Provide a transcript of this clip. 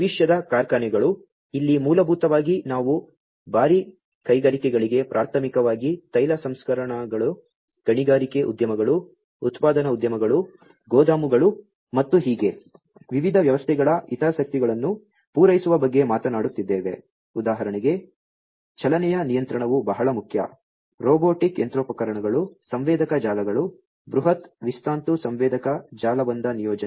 ಭವಿಷ್ಯದ ಕಾರ್ಖಾನೆಗಳು ಇಲ್ಲಿ ಮೂಲಭೂತವಾಗಿ ನಾವು ಭಾರೀ ಕೈಗಾರಿಕೆಗಳಿಗೆ ಪ್ರಾಥಮಿಕವಾಗಿ ತೈಲ ಸಂಸ್ಕರಣಾಗಾರಗಳು ಗಣಿಗಾರಿಕೆ ಉದ್ಯಮಗಳು ಉತ್ಪಾದನಾ ಉದ್ಯಮಗಳು ಗೋದಾಮುಗಳು ಮತ್ತು ಹೀಗೆ ವಿವಿಧ ವ್ಯವಸ್ಥೆಗಳ ಹಿತಾಸಕ್ತಿಗಳನ್ನು ಪೂರೈಸುವ ಬಗ್ಗೆ ಮಾತನಾಡುತ್ತಿದ್ದೇವೆ ಉದಾಹರಣೆಗೆ ಚಲನೆಯ ನಿಯಂತ್ರಣವು ಬಹಳ ಮುಖ್ಯ ರೊಬೊಟಿಕ್ ಯಂತ್ರೋಪಕರಣಗಳು ಸಂವೇದಕ ಜಾಲಗಳು ಬೃಹತ್ ನಿಸ್ತಂತು ಸಂವೇದಕ ಜಾಲಬಂಧ ನಿಯೋಜನೆ